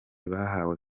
bahawe